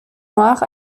noires